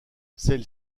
celle